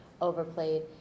overplayed